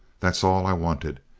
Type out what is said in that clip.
that's all i wanted.